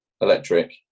electric